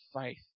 faith